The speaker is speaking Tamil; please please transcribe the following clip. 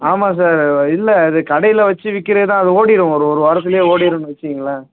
ஆமாம் சார் இல்லை அது கடையில் வைச்சு விற்கிறது தான் அது ஓடிடும் ஒரு ஒரு வாரத்துலேயே ஓடிடுன்னு வைச்சுங்களேன்